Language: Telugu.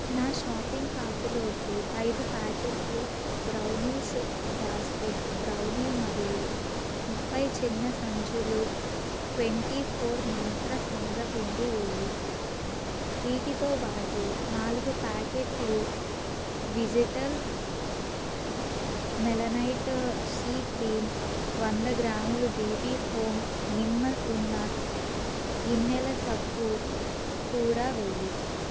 నా షాపింగ్ కార్టులోకి ఐదు ప్యాకెట్లు బ్రౌనీస్ బాస్కెట్ బ్రౌనీ మరియు ముప్పై చిన్న సంచులు ట్వెంటీ ఫోర్ మంత్ర సెనగ పిండి వెయ్యి వీటితో పాటు నాలుగు ప్యాకెట్లు వెజిటల్ మెలనైట్ సి క్రీం వంద గ్రాముల బీబీ హోమ్ నిమ్మ ఉన్న గిన్నెల సబ్బు కూడా వెయ్యి